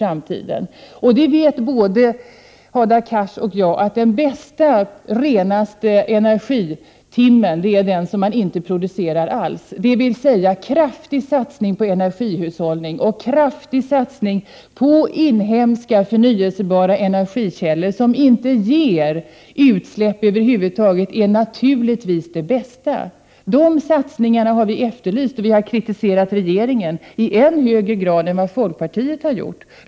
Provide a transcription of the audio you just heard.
Både Hadar Cars och jag vet att den bästa och renaste energitimmen är den timme då det inte produceras någonting alls. Det måste alltså bli en kraftig satsning på energihushållning, liksom på inhemska förnybara energikällor, som inte medför något utsläpp över huvud taget. Det är naturligtvis det bästa. Dessa satsningar har vi efterlyst, och vi har kritiserat regeringen i högre grad än vad folkpartiet har gjort.